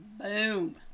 Boom